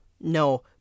No